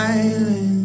island